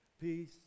peace